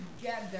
together